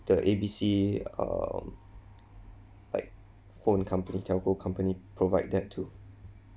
the A B C um like phone company telco company provide that too